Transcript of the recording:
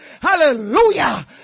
Hallelujah